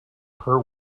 per